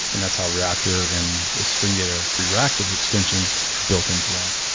and that's how reactor and the spring data reactive extensions are built into that